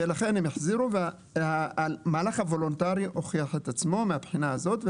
ולכן הם החזירו והמהלך הוולונטרי הוכיח את עצמו מהבחינה הזאת.